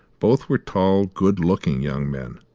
both were tall, good-looking young men,